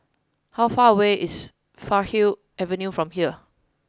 how far away is Farleigh Avenue from here